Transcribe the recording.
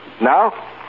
Now